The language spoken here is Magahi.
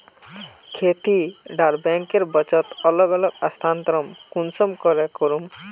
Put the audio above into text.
खेती डा बैंकेर बचत अलग अलग स्थानंतरण कुंसम करे करूम?